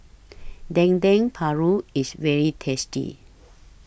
Dendeng Paru IS very tasty